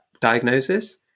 diagnosis